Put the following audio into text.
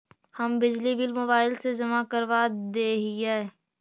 हम बिजली bill mobile से जमा करवा देहियै?